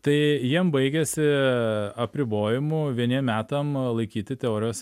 tai jiem baigiasi apribojimu vieniems metam laikyti teorijos